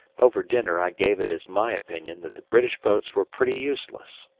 over dinner i gave it as my opinion that the british boats were pretty useless.